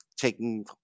taking